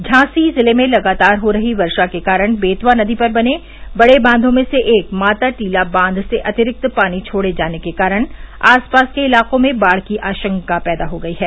झांसी जिले में लगातार हो रही वर्षा के कारण बेतवा पर बने बड़े बांघों में से एक माताटीला बांघ से अतिरिक्त पानी छोड़े के कारण आस पास के इलाकों में बाढ़ की आशंका पैदा हो गयी है